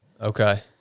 okay